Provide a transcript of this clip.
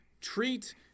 treat